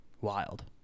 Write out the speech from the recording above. Wild